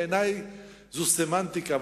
בעיני זו סמנטיקה,